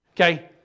Okay